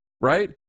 right